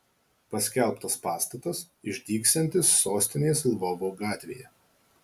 paskelbtas pastatas išdygsiantis sostinės lvovo gatvėje